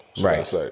Right